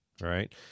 right